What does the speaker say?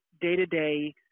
day-to-day